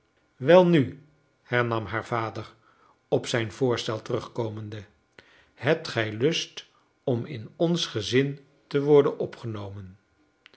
welnu hernam haar vader op zijn voorstel terugkomende hebt gij lust om in ons gezin te worden opgenomen